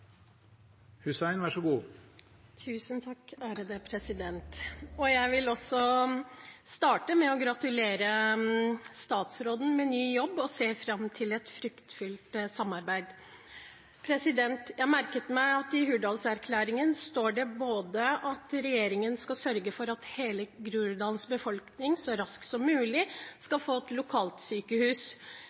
Jeg vil også starte med å gratulere statsråden med ny jobb og ser fram til et fruktbart samarbeid. Jeg merket meg at det i Hurdalsplattformen står både at regjeringen skal sørge for at hele Groruddalens befolkning så raskt som mulig skal få et lokalsykehus ved nye Aker sykehus,